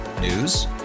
News